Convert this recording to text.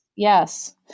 Yes